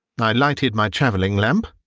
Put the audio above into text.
i lighted my travelling-lamp,